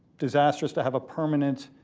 disastrous to have a permanent,